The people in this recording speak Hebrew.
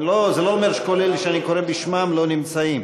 זה לא אומר שכל אלה שאני קורא בשמם לא נמצאים.